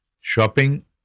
shopping